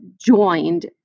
joined